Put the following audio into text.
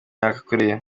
yahakoreye